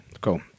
cool